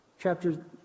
chapter